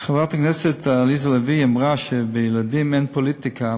חברת הכנסת עליזה לביא אמרה שבילדים אין פוליטיקה.